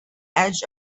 edge